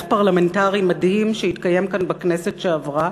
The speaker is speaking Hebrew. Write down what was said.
פרלמנטרי מדהים שהתקיים כאן בכנסת שעברה.